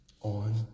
On